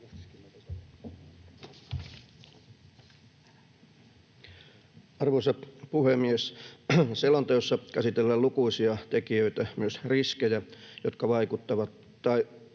Arvoisa puhemies! Selonteossa käsitellään lukuisia tekijöitä, myös riskejä, jotka vaikuttavat tai